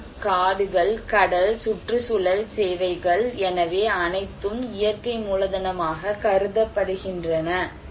நிலம் காடுகள் கடல் சுற்றுச்சூழல் சேவைகள் எனவே அனைத்தும் இயற்கை மூலதனமாக கருதப்படுகின்றன